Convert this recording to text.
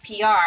PR